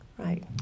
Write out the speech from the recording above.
Right